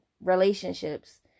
relationships